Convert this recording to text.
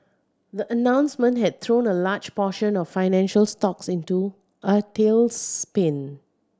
the announcement had thrown a large portion of financial stocks into a tailspin